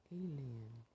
alien